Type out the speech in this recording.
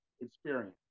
experience